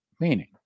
meaning